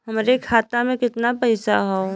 हमरे खाता में कितना पईसा हौ?